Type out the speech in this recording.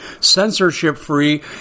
censorship-free